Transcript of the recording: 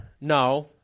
No